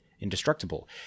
Indestructible